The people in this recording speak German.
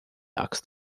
axt